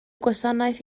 gwasanaeth